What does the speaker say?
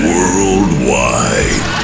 Worldwide